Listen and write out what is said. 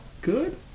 good